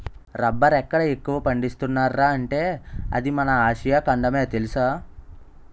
రబ్బరెక్కడ ఎక్కువ పండిస్తున్నార్రా అంటే అది మన ఆసియా ఖండమే తెలుసా?